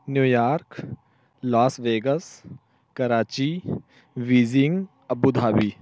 New York Las Vegas Karachi Beijing Abu Dhabi